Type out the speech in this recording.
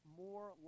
more